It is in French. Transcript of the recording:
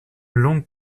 longue